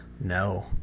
No